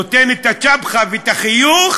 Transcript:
נותן את הצ'פחה ואת החיוך,